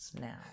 now